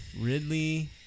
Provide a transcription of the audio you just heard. Ridley